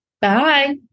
Bye